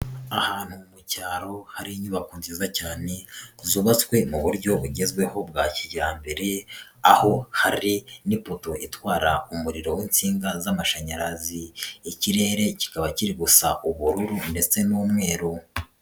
Ahantu mu cyaro hari inyubako nziza cyane zubatswe mu buryo bugezweho bwa kijyambere aho hari n'ipoto itwara umuriro w'insinga z'amashanyarazi, ikirere kikaba kiri gusa ubururu ndetse n'umweru.